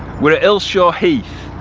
we're at illshaw heath.